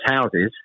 houses